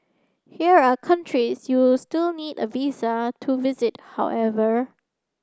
here are countries you still need a visa to visit however